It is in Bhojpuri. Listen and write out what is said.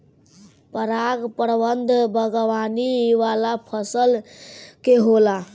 पराग प्रबंधन बागवानी वाला फसल के होला